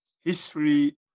History